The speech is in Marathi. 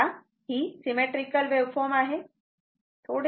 आता ही सिमेट्रीकल वेव्हफॉर्म आहे